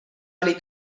oli